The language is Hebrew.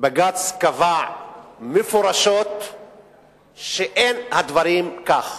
בג"ץ קבע מפורשות שאין הדברים כך